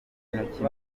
intoki